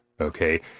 Okay